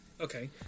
Okay